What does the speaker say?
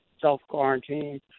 self-quarantine